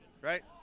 right